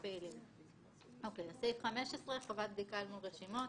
את עובדת קיומה של בקשה לדיווח